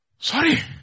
Sorry